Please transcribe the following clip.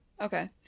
okay